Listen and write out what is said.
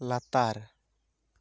ᱞᱟᱛᱟᱨ